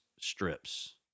strips